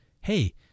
Hey